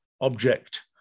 object